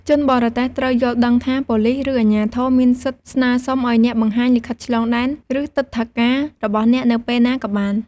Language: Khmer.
ជនបរទេសត្រូវយល់ដឹងថា ប៉ូលិស ឬអាជ្ញាធរមានសិទ្ធិស្នើសុំឱ្យអ្នកបង្ហាញលិខិតឆ្លងដែន ឬ ទិដ្ឋាការ របស់អ្នកនៅពេលណាក៏បាន។